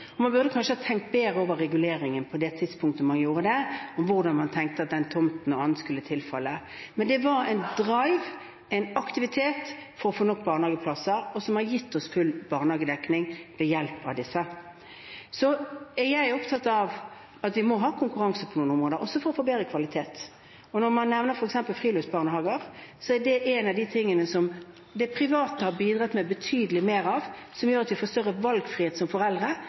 Man burde kanskje ha tenkt bedre over reguleringen på det tidspunktet man gjorde det, hvem man tenkte at den tomten, eller annet, skulle tilfalle, men det var en «drive», en aktivitet, for å få nok barnehageplasser, og som – ved hjelp av disse – har gitt oss full barnehagedekning. Så er jeg opptatt av at vi må ha konkurranse på noen områder, også for å få bedre kvalitet. Når man f.eks. nevner friluftsbarnehager, er det noe av det som de private har bidratt med betydelig mer av, som gjør at vi får større valgfrihet som foreldre